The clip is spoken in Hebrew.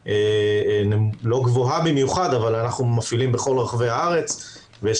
לא גבוהה במיוחד אבל אנחנו מפעילים בכל רחבי הארץ ויש